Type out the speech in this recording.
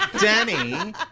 Danny